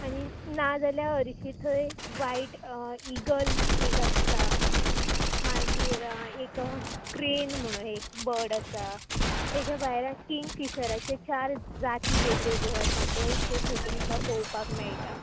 आनी ना जाल्यार हरशीं थंय वायट इगल एक आसता मागीर एक क्रेन म्हणून एक बर्ड आसा तेच्या भायर किंग फिशराच्यो चार जाती वेग वेगळ्यो आसा पळय त्यो तुमकां पळोवपाक मेळटा